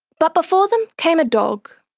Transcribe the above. but before them came a dog,